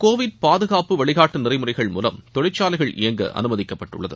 Covid பாதுகாப்பு வழிகாட்டு நெறிமுறைகள் மூலம் தொழிற்சாலைகள் இயங்க அனுமதிக்கப்பட்டுள்ளது